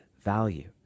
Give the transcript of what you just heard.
value